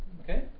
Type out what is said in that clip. Okay